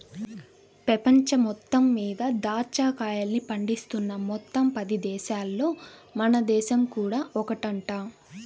పెపంచం మొత్తం మీద దాచ్చా కాయల్ని పండిస్తున్న మొత్తం పది దేశాలల్లో మన దేశం కూడా ఒకటంట